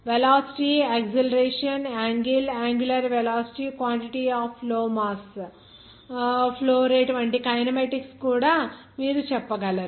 velocity acceleration angle angular velocity quantity of flow mass flow rate వంటి kinematics కూడా మీరు చెప్పగలరు